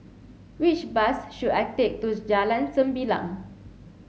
which bus should I take to Jalan Sembilang